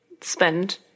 spend